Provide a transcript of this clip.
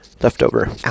leftover